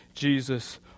Jesus